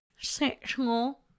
sexual